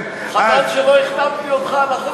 חבל שלא החתמתי אותך על החוק,